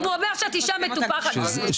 אם הוא אומר שאת אישה מטופחת --- בעצם